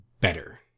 better